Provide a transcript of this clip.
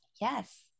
Yes